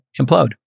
implode